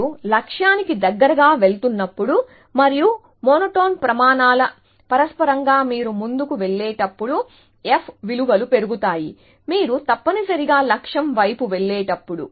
మీరు లక్ష్యానికి దగ్గరగా వెళుతున్నప్పుడు మరియు మోనోటోన్ ప్రమాణాల పర్యవసానంగా మీరు ముందుకు వెళ్ళేటప్పుడు f విలువలు పెరుగుతాయి మీరు తప్పనిసరిగా లక్ష్యం వైపు వెళ్ళేటప్పుడు